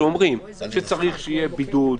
שאומרים שצריך שיהיה בידוד,